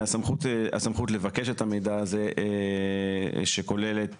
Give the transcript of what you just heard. הסמכות לבקש את המידע הזה שכולל את